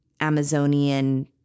Amazonian